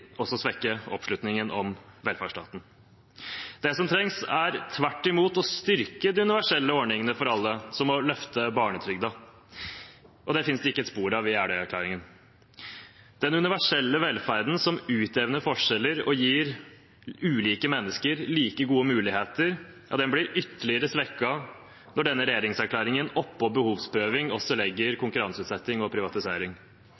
også svekke oppslutningen om velferdsstaten. Det som trengs, er tvert imot å styrke de universelle ordningene for alle, som å løfte barnetrygden. Men det finnes det ikke spor av i Jeløya-erklæringen. Den universelle velferden, som utjevner forskjeller og gir ulike mennesker like gode muligheter, blir ytterligere svekket når denne regjeringserklæringen legger konkurranseutsetting og privatisering oppå behovsprøving.